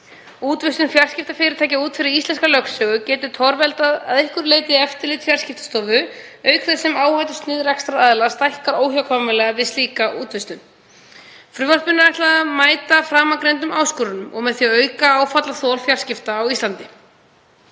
Útvistun fjarskiptafyrirtækja út fyrir íslenska lögsögu getur að einhverju leyti torveldað eftirlit Fjarskiptastofu, auk þess sem áhættusnið rekstraraðila stækkar óhjákvæmilega við slíka útvistun. Frumvarpinu er ætlað að mæta framangreindum áskorunum og með því auka áfallaþol fjarskipta á Íslandi.